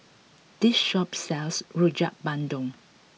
this shop sells Rojak Bandung